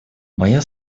моя